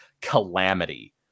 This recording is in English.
calamity